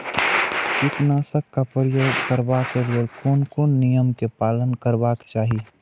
कीटनाशक क प्रयोग करबाक लेल कोन कोन नियम के पालन करबाक चाही?